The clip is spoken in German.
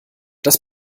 das